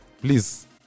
please